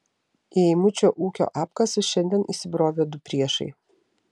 į eimučio ūkio apkasus šiandien įsibrovė du priešai